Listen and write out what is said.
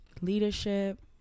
leadership